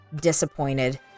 disappointed